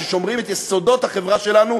ששומרים את יסודות החברה שלנו,